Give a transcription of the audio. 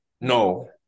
no